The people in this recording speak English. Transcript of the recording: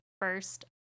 first